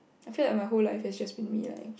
I feel like my whole life has just been me lying